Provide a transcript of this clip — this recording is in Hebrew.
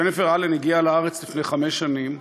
ג'ניפר אלן הגיעה לארץ לפני חמש שנים,